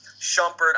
Shumpert